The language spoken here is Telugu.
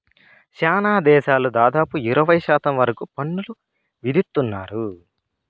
శ్యానా దేశాలు దాదాపుగా ఇరవై శాతం వరకు పన్నులు విధిత్తున్నారు